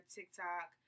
TikTok